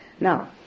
Now